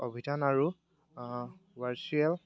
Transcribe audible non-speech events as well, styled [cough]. অভিধান আৰু [unintelligible]